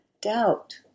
doubt